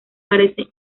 parece